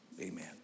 Amen